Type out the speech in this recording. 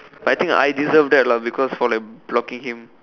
but I think her ideas of that for like blocking him